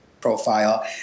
profile